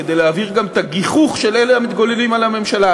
כדי להבהיר גם את הגיחוך של אלה המתגוללים על הממשלה.